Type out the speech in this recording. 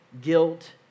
guilt